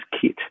kit